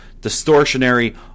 distortionary